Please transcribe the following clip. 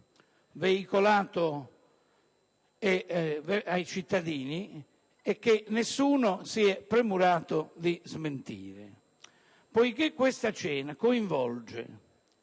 veicolato ai cittadini e che nessuno si è premurato di smentire. A questa cena avrebbero